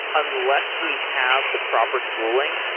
unless we have the proper tooling,